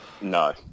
no